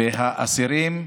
והאסירים,